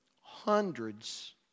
hundreds